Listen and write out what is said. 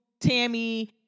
Tammy